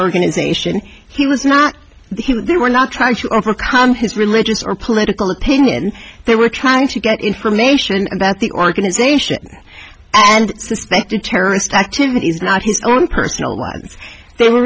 organisation he was not they were not trying to overcome his religious or political opinion they were trying to get information about the organization and suspected terrorist activities not his own personal runs they were